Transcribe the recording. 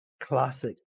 Classic